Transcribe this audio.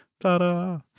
Ta-da